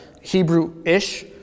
Hebrew-ish